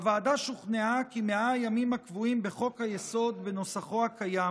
הוועדה שוכנעה כי 100 הימים הקבועים בחוק-היסוד בנוסחו הקיים